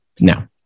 now